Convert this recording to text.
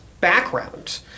background